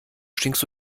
stinkst